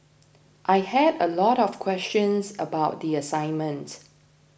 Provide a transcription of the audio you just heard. I had a lot of questions about the assignment